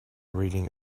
reading